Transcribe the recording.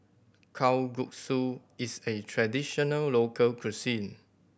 kalguksu is a traditional local cuisine